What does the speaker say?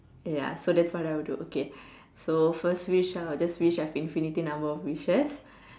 ya so that's what I would do okay so first wish I would just wish I've infinity number of wishes